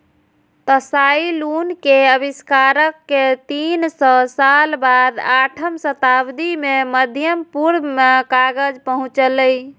Tsai Lun के आविष्कार के तीन सय साल बाद आठम शताब्दी मे मध्य पूर्व मे कागज पहुंचलै